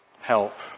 help